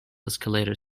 escalator